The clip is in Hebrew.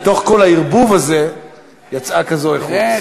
מתוך כל הערבוב הזה יצאה כזאת איכות.